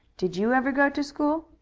did you ever go to school?